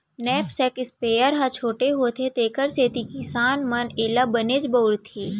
knapsack sprayer ह छोटे होथे तेकर सेती किसान मन एला बनेच बउरथे